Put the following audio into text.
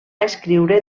escriure